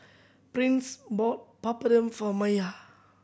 Prince bought Papadum for Maiya